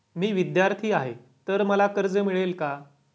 मी विद्यार्थी आहे तर मला कर्ज मिळेल का?